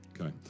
okay